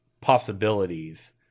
possibilities